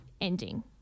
ending